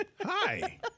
Hi